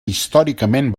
històricament